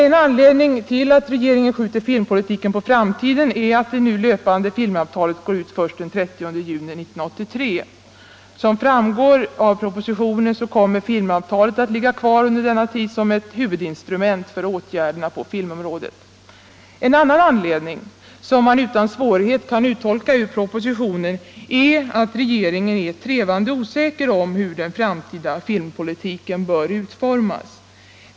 En anledning till att regeringen skjuter filmpolitiken på framtiden är att det nu löpande filmavtalet går ut först den 30 juni 1983. Som framgår av propositionen kommer filmavtalet att ligga kvar under denna tid som ett huvudinstrument för åtgärderna på filmområdet. En annan anledning, som man utan svårighet kan uttolka ur propositionen, är att regeringen är trevande osäker om hur den framtida filmpolitiken skall utformas.